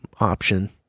option